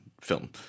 film